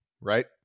right